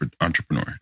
entrepreneur